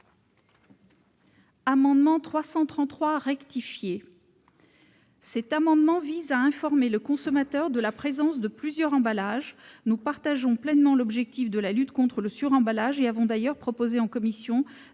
L'amendement n° 333 rectifié vise à informer le consommateur de la présence de plusieurs emballages. Nous partageons pleinement l'objectif de lutte contre le suremballage et avons d'ailleurs proposé en commission